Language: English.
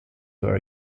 were